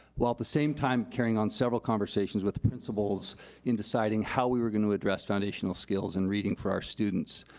while at the same time, carrying on several conversations with the principals in deciding how we were going to address foundational skills and reading for our students,